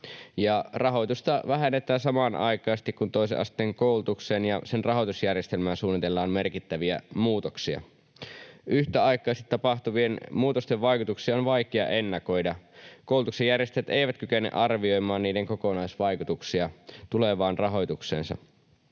rahoitusta vähennetään samanaikaisesti, kun toisen asteen koulutukseen ja sen rahoitusjärjestelmään suunnitellaan merkittäviä muutoksia. Yhtäaikaisesti tapahtuvien muutosten vaikutuksia on vaikea ennakoida. Koulutuksen järjestäjät eivät kykene arvioimaan niiden kokonaisvaikutuksia tulevaan rahoitukseensa.